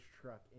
truck